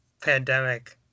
pandemic